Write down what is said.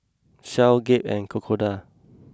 Shell Gap and Crocodile